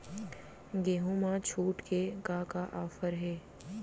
गेहूँ मा छूट के का का ऑफ़र हे?